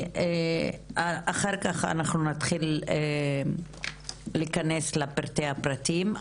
אחר כך אנחנו נתחיל להיכנס לפרטי הפרטים,